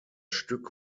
stück